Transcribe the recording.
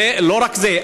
ולא רק זה.